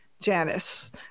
Janice